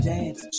Dance